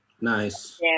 Nice